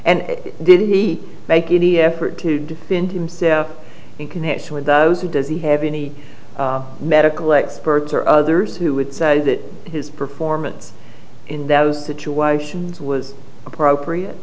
and did he make any effort to defend himself in connection with those who does he have any medical experts or others who would say that his performance in those situations was appropriate